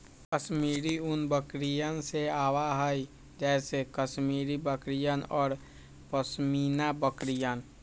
कश्मीरी ऊन बकरियन से आवा हई जैसे कश्मीरी बकरियन और पश्मीना बकरियन